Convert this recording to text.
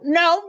no